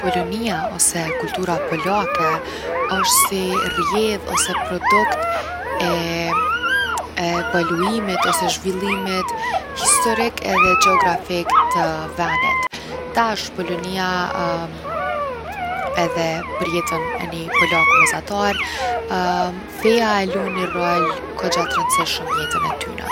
Polonia ose kultura polake osht si rrjedhë ose product e evaluimit ose zhvillimit historik edhe gjeografik të venit. Tash Polonia edhe për jetën e ni polaku mesatar, feja e lun ni rol kogja t’rëndsishëm n’jetën e tyne.